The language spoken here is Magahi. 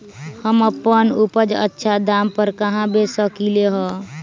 हम अपन उपज अच्छा दाम पर कहाँ बेच सकीले ह?